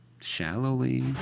shallowly